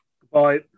Goodbye